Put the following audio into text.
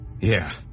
Yeah